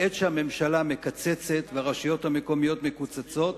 בעת שהממשלה מקצצת והרשויות המקומיות מקוצצות,